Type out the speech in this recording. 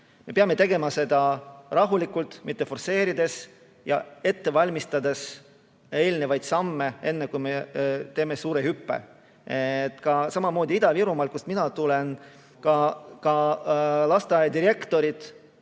me peame tegema seda rahulikult, mitte forsseerides. Tuleb ette valmistada eelnevaid samme, enne kui me teeme suure hüppe. Samamoodi Ida-Virumaal, kust mina tulen, lasteaiadirektorid